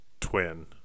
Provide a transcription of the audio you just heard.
twin